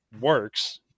works